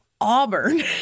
Auburn